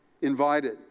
Invited